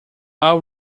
all